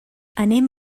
anem